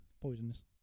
Poisonous